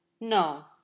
no